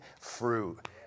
fruit